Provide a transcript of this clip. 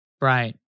Right